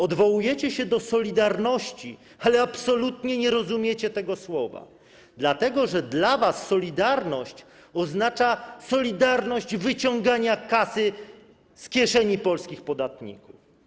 Odwołujecie się do solidarności, ale absolutnie nie rozumiecie tego słowa, dlatego że dla was solidarność oznacza solidarność wyciągania kasy z kieszeni polskich podatników.